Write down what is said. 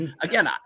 again